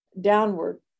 downward